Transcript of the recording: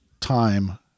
time